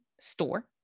store